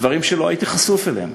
דברים שלא הייתי חשוף אליהם,